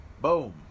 Boom